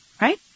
right